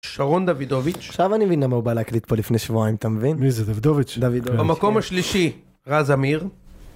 שרון דבידוביץ׳. עכשיו אני מבין למה הוא בא להקליט פה לפני שבועיים, אתה מבין? מי זה, דבידוביץ׳? דבידוביץ׳. במקום השלישי, רז אמיר.